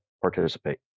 participate